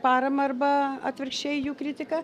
paramą arba atvirkščiai jų kritiką